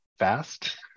fast